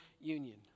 union